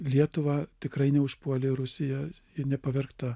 lietuvą tikrai neužpuolė rusija ji nepavergta